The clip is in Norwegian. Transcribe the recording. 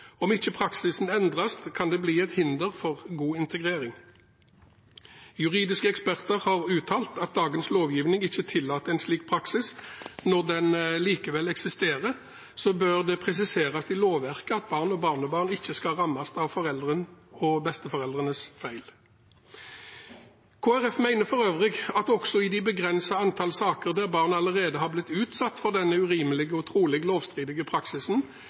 Om ikke praksisen endres, kan den bli et hinder for god integrering. Juridiske eksperter har uttalt at dagens lovgivning ikke tillater en slik praksis. Når den likevel eksisterer, bør det presiseres i lovverket at barn og barnebarn ikke skal rammes av foreldrenes og besteforeldrenes feil. Kristelig Folkeparti mener for øvrig at i det begrensede antallet saker der barn allerede har blitt utsatt for denne urimelige og trolig lovstridige praksisen,